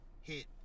hit